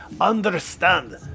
understand